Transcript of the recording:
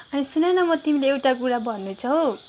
अनि सुन न म तिमीलाई एउटा कुरा भन्नु छ हौ